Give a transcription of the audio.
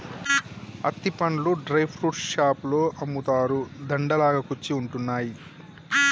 అత్తి పండ్లు dry fruits షాపులో అమ్ముతారు, దండ లాగా కుచ్చి ఉంటున్నాయి